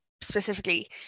specifically